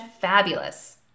fabulous